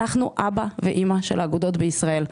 אנחנו אבא ואימא של האגודות בישראל.